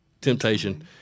temptation